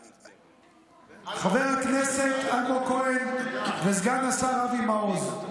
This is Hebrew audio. חבר הכנסת אלמוג כהן וסגן השר אבי מעוז,